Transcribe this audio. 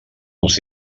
els